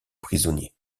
prisonniers